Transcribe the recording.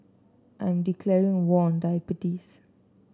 I am declaring war on diabetes